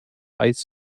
ice